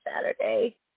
Saturday